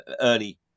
early